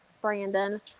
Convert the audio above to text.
Brandon